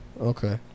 okay